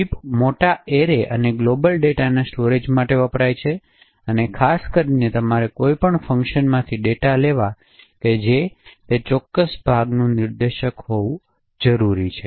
heap મોટા array અને global ડેટાના સ્ટોરેજ માટે વપરાય છે અને ખાસ કરીને તમારે કોઈપણ ફંકશનમાંથી ડેટાને લેવા જે તે ચોક્કસ ભાગનું નિર્દેશક હોવું જરૂરી છે